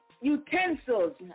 utensils